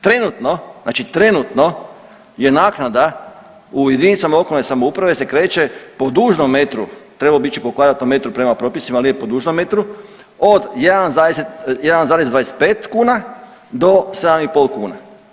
Trenutno, znači trenutno je naknada u jedinicama lokalne samouprave se kreće po dužnom metru, trebalo bi ići po kvadratnom metru prema propisima, ali je po dužnom metru od 1,25 kuna do 7,5 kuna.